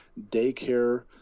daycare